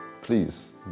Please